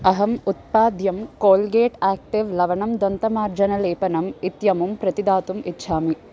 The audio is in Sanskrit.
अहम् उत्पाद्यं कोल्गेट् आक्टिव् लवनं दन्तमार्जनलेपनम् इत्यमुं प्रतिदातुम् इच्छामि